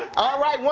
all right.